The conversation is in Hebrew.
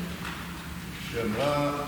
שאמרה: